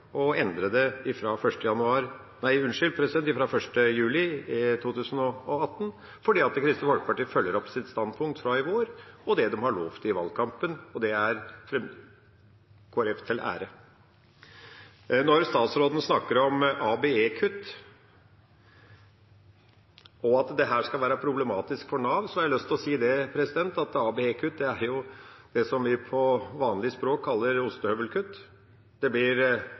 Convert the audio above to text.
endre dette fra 1. juli 2018, fordi Kristelig Folkeparti følger opp sitt standpunkt fra i vår og det de har lovet i valgkampen, og det er Kristelig Folkeparti til ære. Når statsråden snakker om ABE-kutt, og at dette skal være problematisk for Nav, har jeg lyst til å si at ABE-kutt er jo det som vi på vanlig språk kaller ostehøvelkutt. Det blir